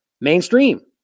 mainstream